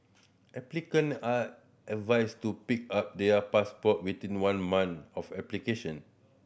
applicant are advised to pick up their passport within one month of application